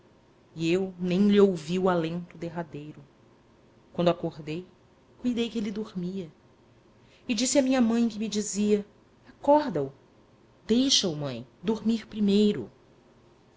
e eu nem lhe ouvi o alento derradeiro quando acordei cuidei que ele dormia e disse à minha mãe que me dizia acorda o deixa-o mãe dormir primeiro